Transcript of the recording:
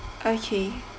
okay